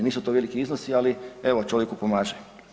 Nisu to veliki iznosi ali evo čovjeku pomaže.